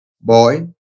boy